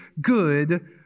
good